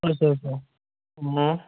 اچھا اچھا